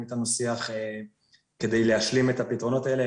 איתנו שיח כדי להשלים את הפתרונות האלה,